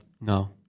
No